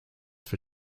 for